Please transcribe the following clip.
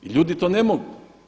I ljudi to ne mogu.